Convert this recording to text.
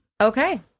Okay